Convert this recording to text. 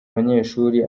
abanyeshuri